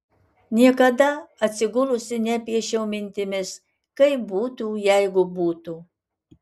niekada atsigulusi nepiešiau mintimis kaip būtų jeigu būtų